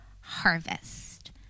harvest